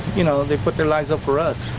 you know they put their lives up for us.